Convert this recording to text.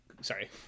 Sorry